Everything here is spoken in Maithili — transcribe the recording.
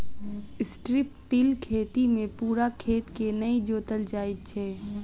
स्ट्रिप टिल खेती मे पूरा खेत के नै जोतल जाइत छै